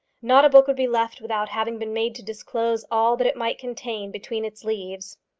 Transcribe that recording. not a book would be left without having been made to disclose all that it might contain between its leaves.